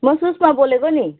म सुष्मा बोलेको नि